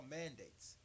mandates